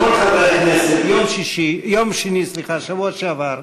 מכתב לכל חברי הכנסת ביום שני בשבוע שעבר.